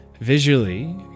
visually